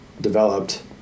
developed